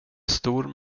stor